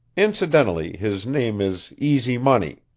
incidentally, his name is easy money.